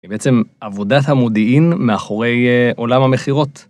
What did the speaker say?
היא בעצם עבודת המודיעין מאחורי עולם המכירות.